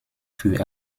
für